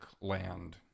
land